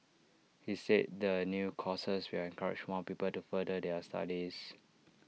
he said the new courses will encourage more people to further their studies